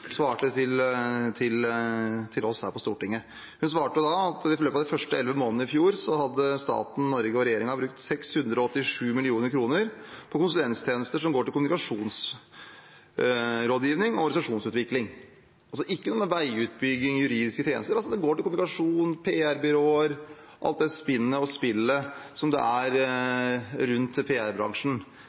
svarte på her i Stortinget. Hun svarte at i løpet av de første elleve månedene i fjor hadde staten, Norge og regjeringen brukt 687 mill. kr på konsulenttjenester som handler om kommunikasjonsrådgivning og organisasjonsutvikling. Det går altså ikke til veiutbygging eller juridiske tjenester; det går til kommunikasjon, PR-byråer, alt det spinnet og spillet som er rundt PR-bransjen. Hvis en ser på helårseffekten, blir det over 700 mill. kr. Det er